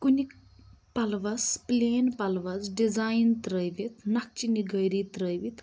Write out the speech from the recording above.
کُنہِ پَلوَس پٕلین پَلوَس ڈِزایِن ترٲوِتھ نَکچہِ نِگٲری ترٲوِتھ